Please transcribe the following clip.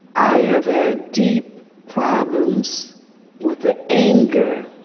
i have had deep problems with the anger,